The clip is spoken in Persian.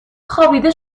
خوابیده